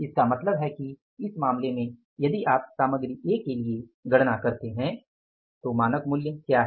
इसका मतलब है कि इस मामले में यदि आप सामग्री ए के लिए गणना करते हैं तो मानक मूल्य क्या है